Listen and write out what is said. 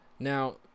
Now